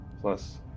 plus